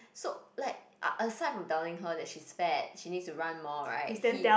so like ah aside from telling her that she's fat she needs to run more right he